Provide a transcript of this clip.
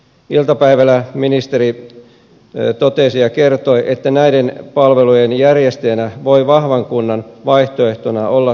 iltapäivällä ministeri totesi ja kertoi että näiden palvelujen järjestäjänä voi vahvan kunnan vaihtoehtona olla sosiaali ja terveysalueet